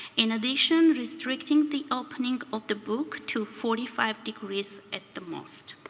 in addition, restricting the opening of the book to forty five degrees at the most.